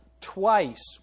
Twice